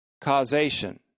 Causation